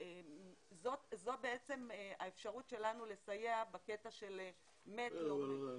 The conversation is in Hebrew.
זאת בעצם האפשרות שלנו לסייע בקטע של נפטר או לא.